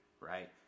right